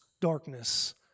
darkness